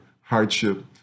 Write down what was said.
hardship